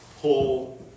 pull